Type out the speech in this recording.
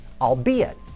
albeit